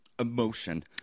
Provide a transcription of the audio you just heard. Emotion